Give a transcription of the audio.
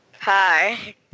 hi